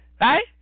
right